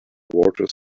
water